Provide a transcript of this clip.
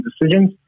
decisions